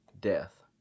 death